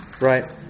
Right